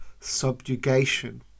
subjugation